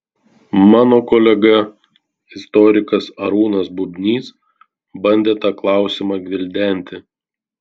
mano kolega istorikas arūnas bubnys bandė tą klausimą gvildenti